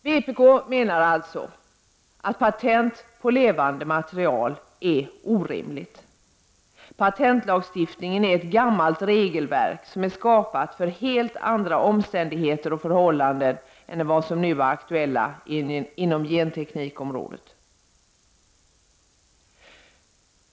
Vpk menar alltså att patent på levande material är orimligt. Patentlagstiftningen är ett gammalt regelverk, som är skapat för helt andra omständigheter och förhållanden än vad som nu är aktuella inom genteknikområdet.